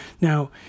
Now